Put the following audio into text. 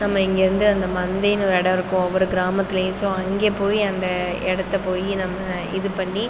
நம்ம இங்கேருந்து அந்த மந்தைன்னு ஒரு இடம் இருக்கும் ஒவ்வொரு கிராமத்துலேயும் சோ அங்கே போய் அந்த இடத்தை போய் நம்ம இது பண்ணி